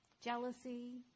jealousy